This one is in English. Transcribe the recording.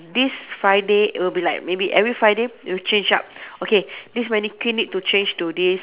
this Friday will be like maybe every Friday we'll change up okay this mannequin need to change to this